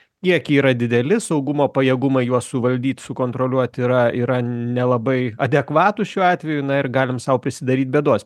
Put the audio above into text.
kiekiai yra dideli saugumo pajėgumai juos suvaldyt sukontroliuot yra yra nelabai adekvatūs šiuo atveju na ir galim sau prisidaryt bėdos